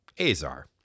Azar